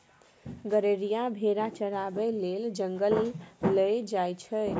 गरेरिया भेरा चराबै लेल जंगल लए जाइ छै